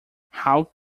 how